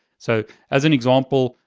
so as an example,